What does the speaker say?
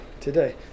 today